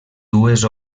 dues